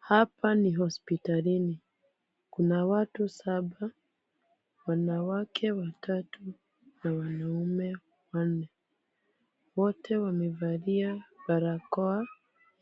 Hapa ni hospitalini. Kuna watu saba, wanawake watatu na wanaume wanne. Wote wamevalia barakoa